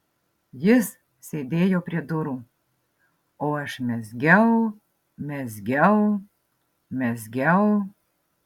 jis sėdėjo prie durų o aš mezgiau mezgiau mezgiau